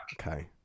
Okay